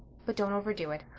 but don't overdo it.